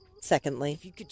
Secondly